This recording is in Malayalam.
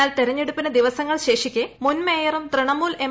എന്നാൽ തിരഞ്ഞെടുപ്പിന് ദിവസീങ്ങൾ് ശേഷിക്കെ മുൻ മേയറും ത്രിണമൂൽ എം